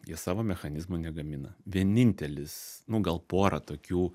jie savo mechanizmo negamina vienintelis nu gal pora tokių